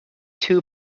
two